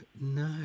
no